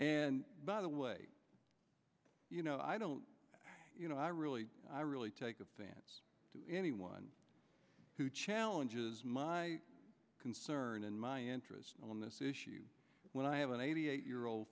and by the way you know i don't you know i really i really take a stance to anyone who challenges my concern and my interest on this issue when i have an eighty eight year old